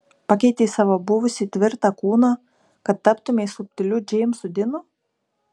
pakeitei savo buvusį tvirtą kūną kad taptumei subtiliu džeimsu dinu